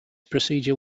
procedure